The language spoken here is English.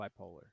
bipolar